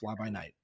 flybynight